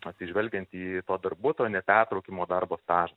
atsižvelgiant į to darbuotojo nepertraukiamo darbo stažą